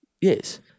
Yes